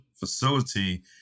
Facility